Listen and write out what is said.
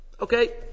Okay